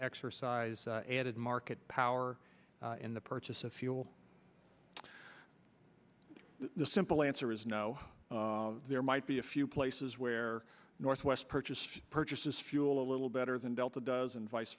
exercise added market power in the purchase of fuel the simple answer is no there might be a few places where northwest purchased purchases fuel a little better than delta does and vice